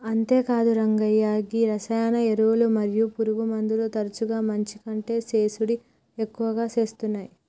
అంతేగాదు నర్సయ్య గీ రసాయన ఎరువులు మరియు పురుగుమందులు తరచుగా మంచి కంటే సేసుడి ఎక్కువ సేత్తునాయి